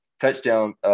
touchdown –